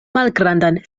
malgrandan